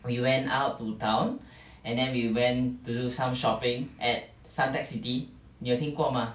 we went out to town and then we went to do some shopping at suntec city 你有听过吗